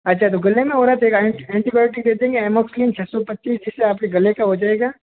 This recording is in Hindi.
अच्छा तो गले में हो रहा है फिर एंटीबायोटिक दे देंगे एमॉफ्लिन छः सौ पच्चीस जिस से आप के गले का हो जाएगा